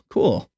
Cool